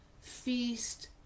feast